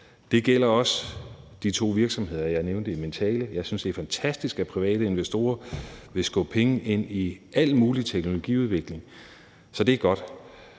Det gælder også de to virksomheder, jeg nævnte i min tale. Jeg synes, at det er fantastisk, at private investorer vil skubbe penge ind i al mulig teknologiudvikling. Så det er godt.